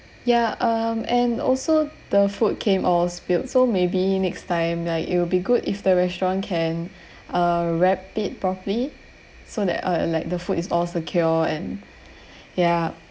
ya um and also the food came all spilt so maybe next time like it will be good if the restaurant can uh wrap it properly so that uh like the food is all secure and ya